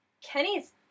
Kenny's